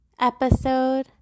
episode